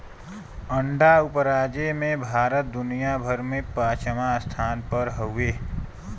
अंडा उपराजे में भारत दुनिया भर में पचवां स्थान पर हउवे